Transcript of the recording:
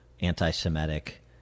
anti-Semitic